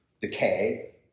decay